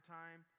time